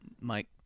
Mike